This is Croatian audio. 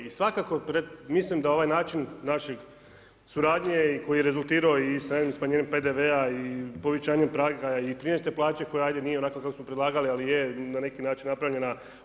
I svakako mislim da ovaj način naše suradnje i koji je rezultirao i sa ... smanjenjem PDV-a i povećanjem praga i 13.te plaće koja ajde nije onako kako smo predlagali ali je, na neki način napravljena.